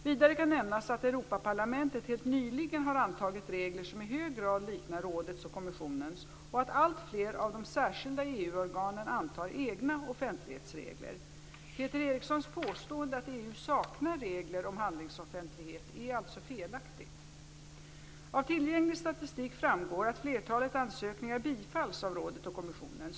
Vidare kan nämnas att Europaparlamentet helt nyligen har antagit regler som i hög grad liknar rådets och kommissionens och att alltfler av de särskilda EU organen antar egna offentlighetsregler. Peter Erikssons påstående att EU saknar regler om handlingsoffentlighet är alltså felaktigt. Av tillgänglig statistik framgår att flertalet ansökningar bifalls av rådet och kommissionen.